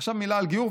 עכשיו מילה על גיור,